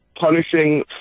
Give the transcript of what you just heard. Punishing